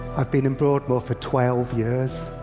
i've been in broadmoor for twelve years.